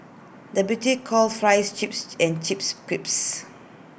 the British calls Fries Chips and Chips Crisps